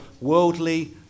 worldly